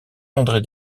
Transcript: andré